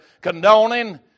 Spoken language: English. condoning